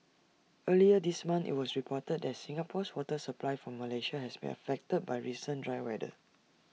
earlier this month IT was reported that Singapore's water supply from Malaysia has been affected by recent dry weather